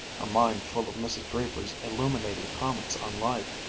her mind full of mrs. draper's illuminating comments on life,